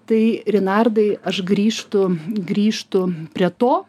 tai rinardai aš grįžtu grįžtu prie to